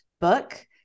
book